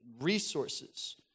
resources